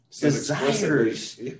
desires